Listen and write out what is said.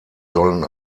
sollen